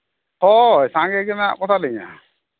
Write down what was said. ᱦᱳᱭ ᱥᱟᱸᱜᱮ ᱜᱮ ᱢᱮᱱᱟᱜ ᱠᱚᱛᱟᱞᱤᱧᱟ